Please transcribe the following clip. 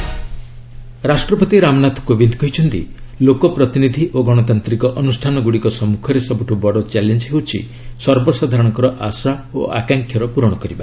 presiding officers conference ରାଷ୍ଟ୍ରପତି ରାମନାଥ କୋବିନ୍ଦ କହିଛନ୍ତି ଲୋକପ୍ରତିନିଧି ଓ ଗଣତାନ୍ତ୍ରିକ ଅନୁଷ୍ଠାନଗୁଡ଼ିକ ସମ୍ମୁଖରେ ସବୁଠୁ ବଡ଼ ଚ୍ୟାଲେଞ୍ଜ ହେଉଛି ସର୍ବସାଧାରଣଙ୍କର ଆଶା ଓ ଆକାଂକ୍ଷାର ପୂରଣ କରିବା